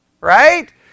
right